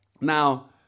Now